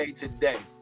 Today